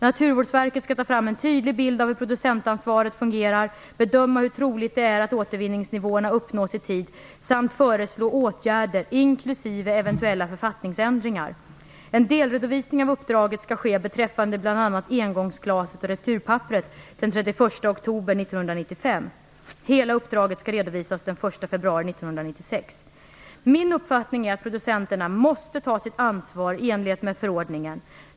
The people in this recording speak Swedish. Naturvårdsverket skall ta fram en tydlig bild av hur producentansvaret fungerar, bedöma hur troligt det är att återvinningsnivåerna uppnås i tid samt föreslå åtgärder inklusive eventuella författningsändringar. En delredovisning av uppdraget skall ske beträffande bl.a. engångsglaset och returpapperet den 31 oktober 1995. Hela uppdraget skall redovisas den 1 februari Min uppfattning är att producenterna måste ta sitt ansvar i enlighet med förordningen.